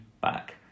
back